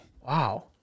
Wow